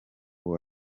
uwo